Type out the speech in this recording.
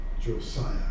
Josiah